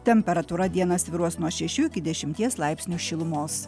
temperatūra dieną svyruos nuo šešių iki dešimties laipsnių šilumos